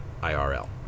IRL